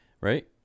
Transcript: Right